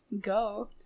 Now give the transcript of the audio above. go